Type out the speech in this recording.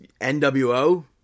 NWO